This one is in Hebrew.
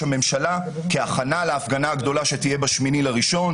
הממשלה כהכנה להפגנה הגדולה שתהיה ב-8 בינואר.